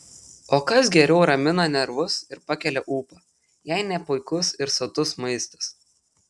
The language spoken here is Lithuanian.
o kas geriau ramina nervus ir pakelia ūpą jei ne puikus ir sotus maistas